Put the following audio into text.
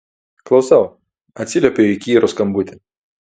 klausau atsiliepiu į įkyrų skambutį